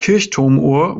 kirchturmuhr